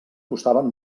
costaven